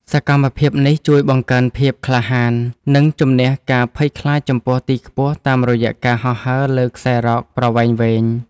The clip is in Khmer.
សកម្មភាពនេះជួយបង្កើនភាពក្លាហាន និងជម្នះការភ័យខ្លាចចំពោះទីខ្ពស់តាមរយៈការហោះហើរលើខ្សែរ៉កប្រវែងវែង។